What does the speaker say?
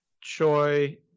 Choi